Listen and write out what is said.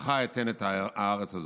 "לזרעך אתן את הארץ הזאת".